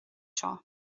seo